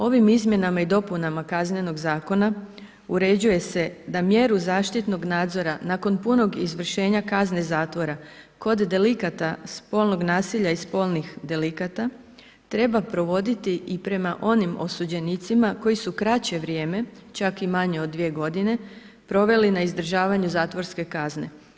Ovim izmjenama i dopuna kaznenog zakona uređuje se da mjeru zaštitnog nadzora nakon punog izvršenja kazne zatvora kod delikata spolnog nasilja i spolnih delikata treba provoditi i prema onim osuđenicima koji su kraće vrijeme, čak i manje od dvije godine proveli na izdržavanju zatvorske kazne.